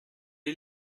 est